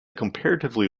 comparatively